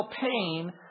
pain